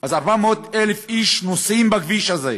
אז 400,000 איש נוסעים בכביש הזה.